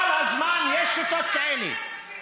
כל הזמן יש שיטות כאלה.